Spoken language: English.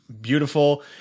beautiful